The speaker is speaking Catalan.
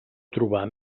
trobar